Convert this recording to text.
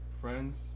friends